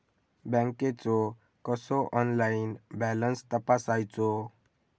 बँकेचो कसो online balance तपासायचो?